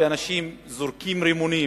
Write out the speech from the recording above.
אנשים זורקים רימונים.